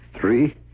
Three